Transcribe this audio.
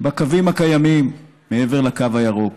בקווים הקיימים, מעבר לקו הירוק.